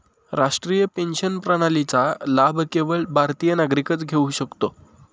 राष्ट्रीय पेन्शन प्रणालीचा लाभ केवळ भारतीय नागरिकच घेऊ शकतो